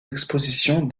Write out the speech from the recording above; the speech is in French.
expositions